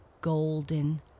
golden